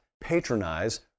patronize